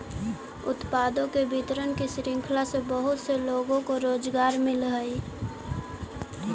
उत्पादों के वितरण की श्रृंखला से बहुत से लोगों को रोजगार मिलअ हई